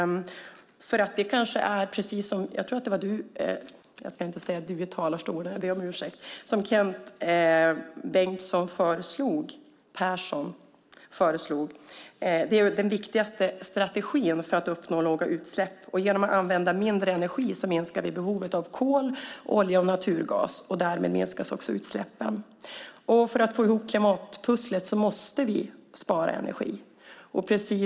Det kanske är, precis som Kent Persson föreslog, den viktigaste strategin för att uppnå låga utsläpp. Genom att använda mindre energi minskar vi behovet av kol, olja och naturgas, och därmed minskas också utsläppen. För att få ihop klimatpusslet måste vi spara energi.